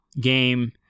game